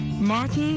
Martin